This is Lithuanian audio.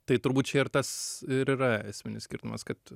tai turbūt čia ir tas ir yra esminis skirtumas kad